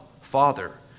Father